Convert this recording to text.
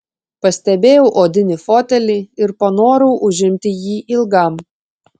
pastebėjau odinį fotelį ir panorau užimti jį ilgam